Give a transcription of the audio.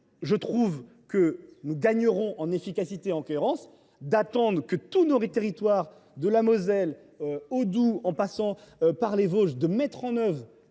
Je pense que nous gagnerons en efficacité et en cohérence si nous attendons que tous nos territoires, de la Moselle au Doubs, en passant par les Vosges, mettent en œuvre